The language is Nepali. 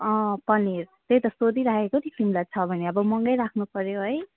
अँ पनिर त्यही त सोधिराखेको नि तिमीलाई छ भने आबो मगाइ राख्नु पऱ्यो है